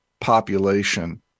population